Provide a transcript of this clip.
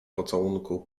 pocałunku